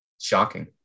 shocking